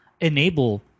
enable